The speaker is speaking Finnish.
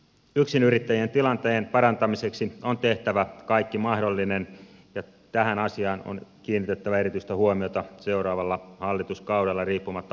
yksinyrittäjien tilanteen parantamiseksi on tehtävä kaikki mahdollinen ja tähän asiaan on kiinnitettävä erityistä huomiota seuraavalla hallituskaudella riippumatta hallituspuolueista